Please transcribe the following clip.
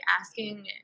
asking